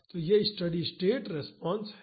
तो यह steady state response है